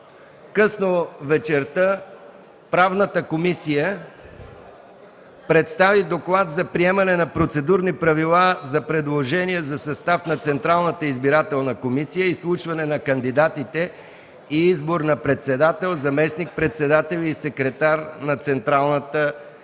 късно вечерта Правната комисия представи Доклад за приемане на Процедурни правила за предложения за състав на Централната избирателна комисия, изслушване на кандидатите и избор на председател, заместник-председатели и секретар на Централната избирателна комисия.